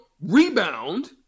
rebound